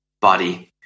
body